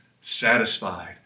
satisfied